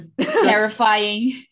terrifying